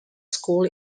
school